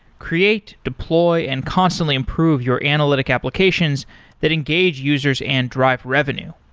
create, deploy and constantly improve your analytic applications that engage users and drive revenue.